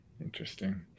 Interesting